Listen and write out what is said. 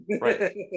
right